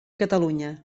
catalunya